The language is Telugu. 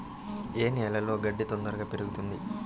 ఏ నేలలో గడ్డి తొందరగా పెరుగుతుంది